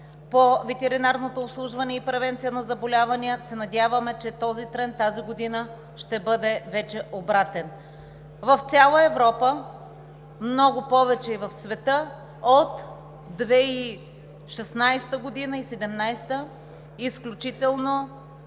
по ветеринарното обслужване и превенция на заболявания, се надяваме, че тази година този тренд ще бъде вече обратен. В цяла Европа – много повече, и в света от 2016 г. и 2017 г. има изключително